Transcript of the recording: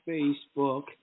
Facebook